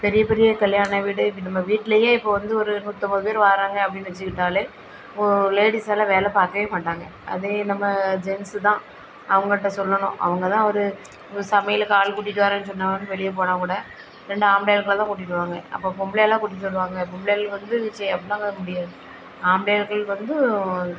பெரிய பெரிய கல்யாண வீடு இப்போ நம்ம வீட்லையே இப்போ வந்து ஒரு நூற்றம்பது பேர் வாராங்க அப்படின்னு வச்சுக்கிட்டாலே இப்போது லேடீஸ் எல்லாம் வேலை பார்க்கவே மாட்டாங்க அதே நம்ம ஜென்ஸ்ஸு தான் அவங்கள்ட்ட சொல்லணும் அவங்க தான் ஒரு ஒரு சமையலுக்கு ஆள் கூட்டிகிட்டு வரேன் சொன்னாலும் வெளியே போனால்கூட ரெண்டு ஆம்பளை ஆட்களை தான் கூட்டிகிட்டு வருவாங்க அப்போ பொம்பளையாளா கூட்டிட்டு வருவாங்க பொம்பளையாள் வந்து முடியாது ஆம்பளை ஆட்கள் வந்து